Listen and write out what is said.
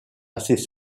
assez